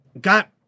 got